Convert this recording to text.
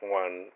one